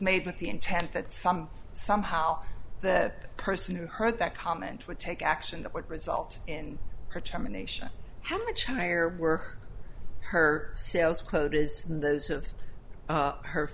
made with the intent that some somehow the person who heard that comment would take action that would result in her terminations how much higher were her sales quot